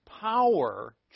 power